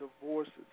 divorces